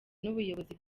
n’ubuyobozi